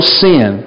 sin